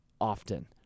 often